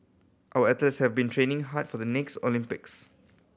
our athletes have been training hard for the next Olympics